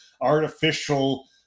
artificial